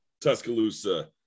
Tuscaloosa